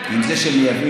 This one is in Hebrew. עם זה שמייבאים,